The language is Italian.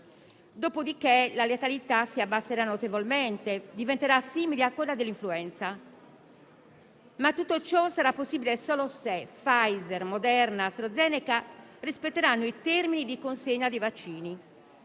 Dopodiché la letalità si abbasserà notevolmente e diventerà simile a quella dell'influenza. Ma tutto ciò sarà possibile solo se Pfizer, Moderna e Astrazeneca rispetteranno i termini di consegna dei vaccini,